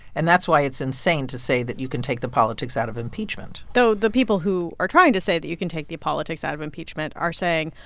and that's why it's insane to say that you can take the politics out of impeachment though the people who are trying to say that you can take the politics out of impeachment are saying,